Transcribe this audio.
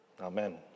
Amen